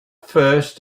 first